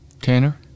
Tanner